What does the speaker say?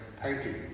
painting